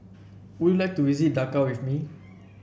would you like to visit Dakar with me